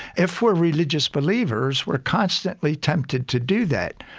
if we're religious believers we're constantly tempted to do that.